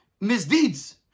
misdeeds